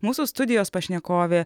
mūsų studijos pašnekovė